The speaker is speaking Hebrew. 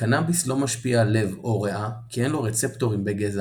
קנאביס לא משפיע על לב\ריאה כי אין לו רצפטורים בגזע